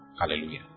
Hallelujah